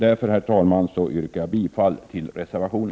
Därför, herr talman, yrkar jag bifall till vår reservation.